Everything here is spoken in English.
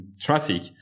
traffic